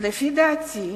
לפי דעתי,